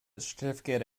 certificate